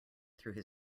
through